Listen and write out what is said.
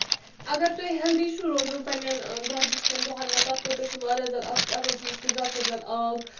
اَگر تۄہہِ ہٮ۪لدی چھُو روزُن پَنٕنؠن دۄہ دِشکؠن دۄہَن منٛز تَتھ خٲطرٕ چھُ واریاہ زیادٕ اکھ اَصٕل چیٖز کہِ زیادٕ کھۄتہٕ زیادٕ آب